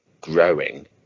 growing